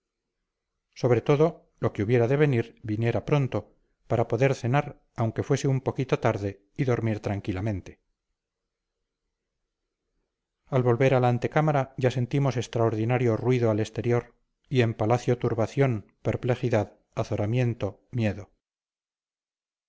sobre todo lo que hubiera de venir viniera pronto para poder cenar aunque fuese un poquito tarde y dormir tranquilamente al volver a la antecámara ya sentimos extraordinario ruido al exterior y en palacio turbación perplejidad azoramiento miedo